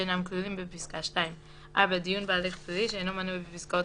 שאינם כלולים בפסקה (2); (4)דיון בהליך פלילי שאינו מנוי בפסקאות